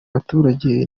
baturage